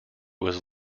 was